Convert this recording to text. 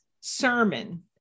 sermon